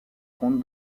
compte